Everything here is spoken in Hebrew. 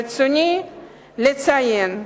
ברצוני לציין גם,